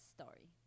story